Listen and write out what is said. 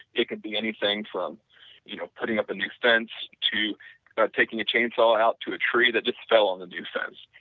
it could be anything from you know putting up a new fence to taking a chainsaw out to a tree that just fell on the new fence,